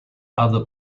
other